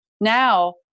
Now